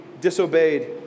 disobeyed